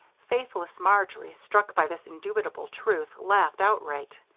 faithless marjory, struck by this indubitable truth, laughed outright.